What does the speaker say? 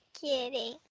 kidding